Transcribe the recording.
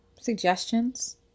suggestions